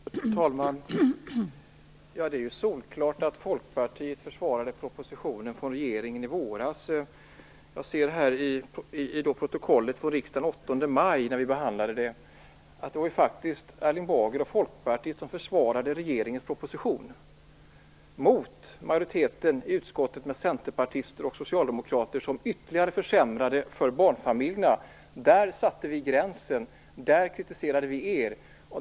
Fru talman! Det är solklart att Folkpartiet försvarade propositionen från regeringen i våras. I protokollet från den 8 maj, då vi behandlade frågan, står det att det faktiskt var Erling Bager och Folkpartiet som försvarade regeringens förslag mot majoriteten i utskottet. Centerpartister och socialdemokrater ville ytterligare försämra för barnfamiljerna. Där satte vi gränsen, där kritiserade vi er.